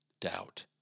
doubt